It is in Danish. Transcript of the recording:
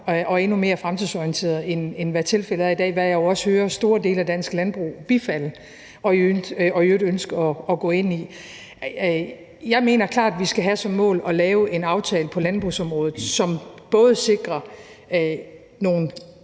og endnu mere fremtidsorienteret, end hvad tilfældet er i dag, hvad jeg jo også hører store dele af dansk landbrug bifalde og i øvrigt ønske at gå ind i. Ja, jeg mener klart, at vi skal have som mål at lave en aftale på landbrugsområdet, som både sikrer nogle